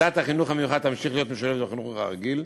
כיתת החינוך המיוחד תמשיך להיות משולבת בחינוך הרגיל.